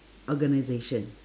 organisation